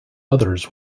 others